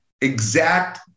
exact